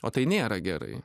o tai nėra gerai